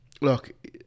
Look